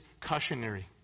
cautionary